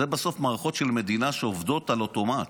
הם בסוף מערכות של מדינה שעובדות על אוטומט.